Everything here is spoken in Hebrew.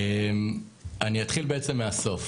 אני אתחיל מהסוף.